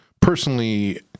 personally